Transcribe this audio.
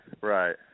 right